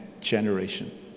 generation